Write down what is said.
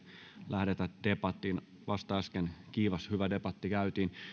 lähde debattiin vasta äsken kiivas hyvä debatti käytiin